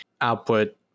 output